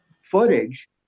footage